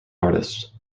artist